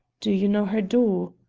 do you know her door?